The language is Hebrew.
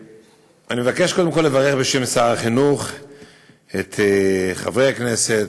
אני מבקש קודם כול לברך בשם שר החינוך את חברי הכנסת,